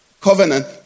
covenant